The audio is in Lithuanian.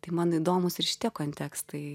tai man įdomūs ir šitie kontekstai